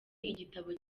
igitabo